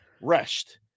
Rest